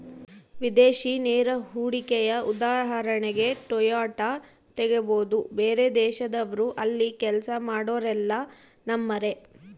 ವಿದೇಶಿ ನೇರ ಹೂಡಿಕೆಯ ಉದಾಹರಣೆಗೆ ಟೊಯೋಟಾ ತೆಗಬೊದು, ಬೇರೆದೇಶದವ್ರು ಅಲ್ಲಿ ಕೆಲ್ಸ ಮಾಡೊರೆಲ್ಲ ನಮ್ಮರೇ